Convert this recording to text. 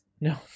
No